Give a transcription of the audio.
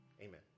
Amen